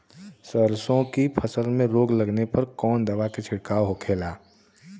सरसों की फसल में रोग लगने पर कौन दवा के छिड़काव होखेला?